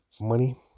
money